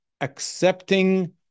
accepting